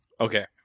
Okay